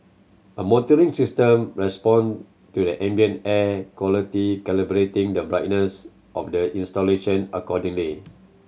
a monitoring system respond to the ambient air quality calibrating the brightness of the installation accordingly